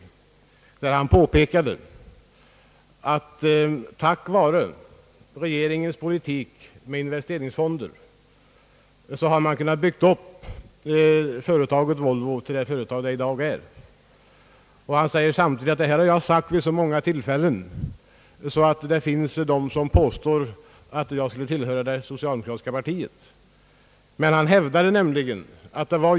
Direktör Engellau påpekade där att tack vare regeringens politik med investeringsfonder har Volvo kunnat byggas upp till det företag det i dag är. Han sade samtidigt att han framhållit detta vid så många tillfällen, att det finns personer som påstår att han skulle tillhöra det socialdemokratiska partiet.